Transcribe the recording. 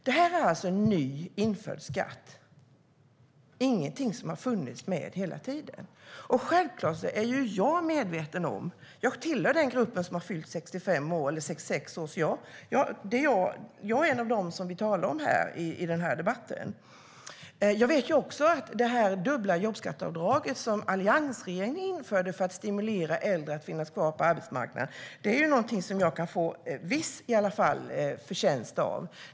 Det här är alltså en ny skatt som har införts och ingenting som har funnits med hela tiden. Jag tillhör själv den grupp som har fyllt 65 år, så jag är en av dem som vi talar om i den här debatten. Jag vet att det dubbla jobbskatteavdraget som alliansregeringen införde för att stimulera äldre att vara kvar på arbetsmarknaden är någonting som jag i alla fall kan få viss förtjänst av.